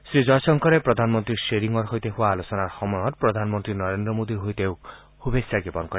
শ্ৰী জয়শংকৰে প্ৰধানমন্ত্ৰী ধেৰিঙৰ সৈতে হোৱা আলোচনাৰ সময়ত প্ৰধানমন্ত্ৰী নৰেন্দ্ৰ মোদীৰ হৈ শুভেচ্ছা জ্ঞাপন কৰে